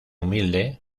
humilde